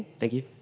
thank you.